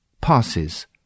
passes